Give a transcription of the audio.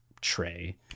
tray